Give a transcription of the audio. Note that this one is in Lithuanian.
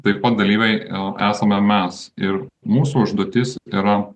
taip pat dalyviai esame mes ir mūsų užduotis yra